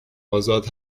آزاد